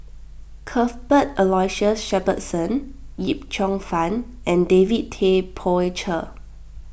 Cuthbert Aloysius Shepherdson Yip Cheong Fun and David Tay Poey Cher